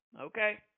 Okay